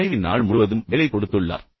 மனைவி நாள் முழுவதும் வேலை கொடுத்துள்ளார்